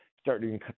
starting